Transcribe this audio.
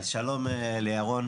אז שלום לירון.